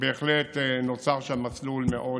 בהחלט נוצר שם מסלול מאוד